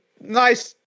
nice